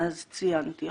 אז ציינתי.